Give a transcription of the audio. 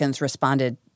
responded